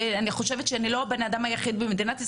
ואני חושבת שאני לא הבן-אדם היחיד במדינת ישראל,